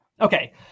Okay